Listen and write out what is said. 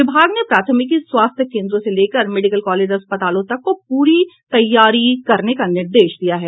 विभाग ने प्राथमिकी स्वास्थ्य केंद्रों से लेकर मेडिकल कॉलेज अस्पतालों तक को पूरी तैयारी करने का निर्देश दिया है